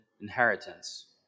inheritance